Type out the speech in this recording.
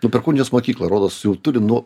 nu perkūnijos mokyklą rodos jau turi nuo